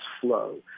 flow